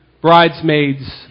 bridesmaids